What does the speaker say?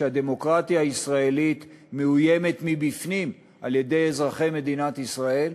שהדמוקרטיה הישראלית מאוימת מבפנים על-ידי אזרחי מדינת ישראל,